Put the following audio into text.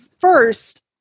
first